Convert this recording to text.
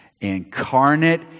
Incarnate